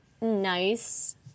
nice